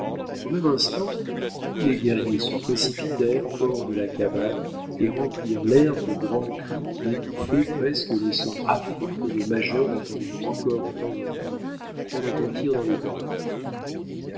au même instant tous les guerriers se précipitèrent hors de la cabane et remplirent l'air de grands cris qui étouffaient presque les sons affreux que le major entendait encore de temps en temps retentir dans les bois